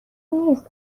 نیست